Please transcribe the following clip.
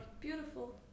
Beautiful